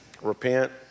Repent